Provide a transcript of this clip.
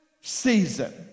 season